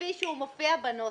כפי שהוא מופיע בנוסח,